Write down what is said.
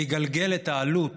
ויגלגל את העלות